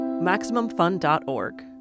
MaximumFun.org